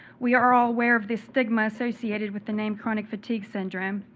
we are all aware of this stigma associated with the name chronic fatigue syndrome.